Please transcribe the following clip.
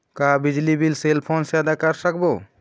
का बिजली bill cell phone से आदा कर सकबो?